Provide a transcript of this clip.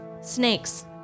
Snakes